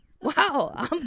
Wow